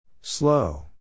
Slow